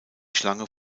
schlange